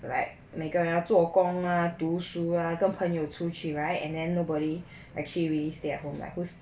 like 每个人要做啊读书啊跟朋友出去 right and then nobody actually really stay at home like who's